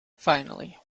finally